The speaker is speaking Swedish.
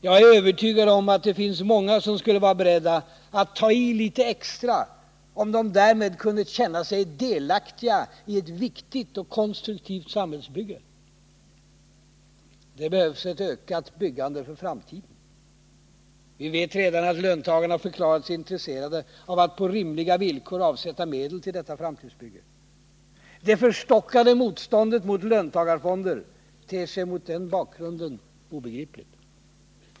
Jag är övertygad om att det finns många som skulle vara beredda att ta i litet extra, om de därmed kunde känna sig delaktiga i ett viktigt och konstruktivt samhällsbygge. Det behövs ett ökat byggande för framtiden. Vi vet redan att löntagarna har förklarat sig intresserade av att på rimliga villkor avsätta medel till detta framtidsbygge. Det förstockade motståndet mot löntagarfonder ter sig mot den bakgrunden obegripligt.